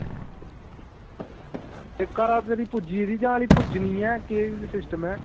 अच्छा घर ऐल्ल पुज्जनी ऐ जां पुज्जी गेदी ऐ केह् सिस्टम ऐ